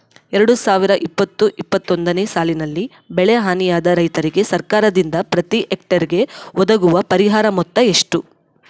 ಎರಡು ಸಾವಿರದ ಇಪ್ಪತ್ತು ಇಪ್ಪತ್ತೊಂದನೆ ಸಾಲಿನಲ್ಲಿ ಬೆಳೆ ಹಾನಿಯಾದ ರೈತರಿಗೆ ಸರ್ಕಾರದಿಂದ ಪ್ರತಿ ಹೆಕ್ಟರ್ ಗೆ ಒದಗುವ ಪರಿಹಾರ ಮೊತ್ತ ಎಷ್ಟು?